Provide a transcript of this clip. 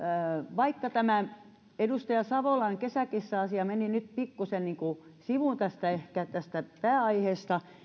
vaikka tämä edustaja savolan kesäkissa asia meni nyt pikkusen niin kuin sivuun ehkä tästä pääaiheesta